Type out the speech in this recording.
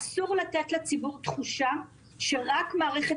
אסור לתת לציבור תחושה שרק מערכת